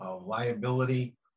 liability